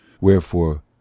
Wherefore